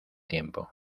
tiempo